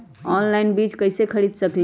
Online बीज कईसे खरीद सकली ह?